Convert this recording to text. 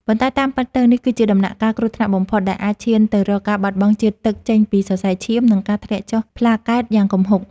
ប៉ុន្តែតាមពិតទៅ នេះគឺជាដំណាក់កាល គ្រោះថ្នាក់បំផុត ដែលអាចឈានទៅរកការបាត់បង់ជាតិទឹកចេញពីសរសៃឈាម និងការធ្លាក់ចុះប្លាកែតយ៉ាងគំហុក។